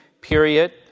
period